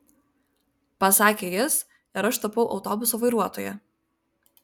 pasakė jis ir aš tapau autobuso vairuotoja